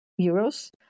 euros